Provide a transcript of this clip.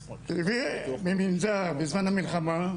ממנזר, בזמן המלחמה,